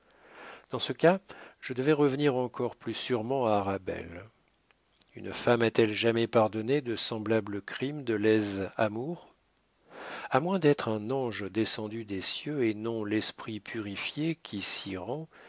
dans ce cas je devais revenir encore plus sûrement à arabelle une femme a-t-elle jamais pardonné de semblables crimes de lèse amour a moins d'être un ange descendu des cieux et non l'esprit purifié qui s'y rend